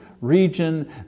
region